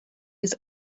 his